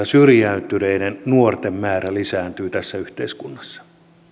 syrjäytyneiden nuorten määrä lisääntyy tässä yhteiskunnassa